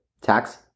tax